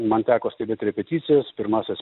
man teko stebėt repeticijas pirmąsias